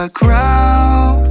ground